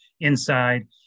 inside